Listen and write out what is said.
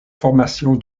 formation